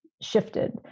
shifted